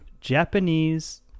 Japanese